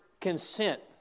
consent